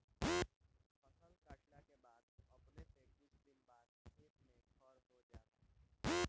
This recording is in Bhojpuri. फसल काटला के बाद अपने से कुछ दिन बाद खेत में खर हो जाला